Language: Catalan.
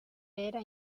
era